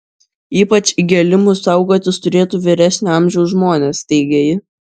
ypač įgėlimų saugotis turėtų vyresnio amžiaus žmonės teigia ji